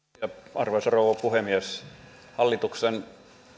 arvoisa rouva puhemies hallituksen